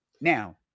Now